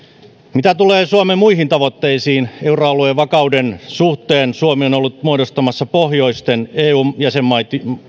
mitä tulee suomen muihin tavoitteisiin euroalueen vakauden suhteen suomi on on ollut muodostamassa pohjoisten eu jäsenmaiden